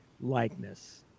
likeness